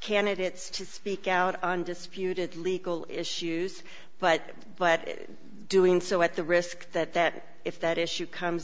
candidates to speak out on disputed legal issues but but doing so at the risk that that if that issue comes